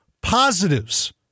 positives